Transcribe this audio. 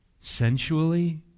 sensually